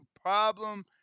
problem